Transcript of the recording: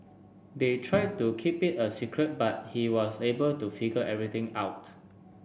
they tried to keep it a secret but he was able to figure everything out